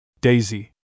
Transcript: Daisy